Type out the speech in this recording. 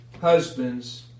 husbands